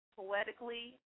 poetically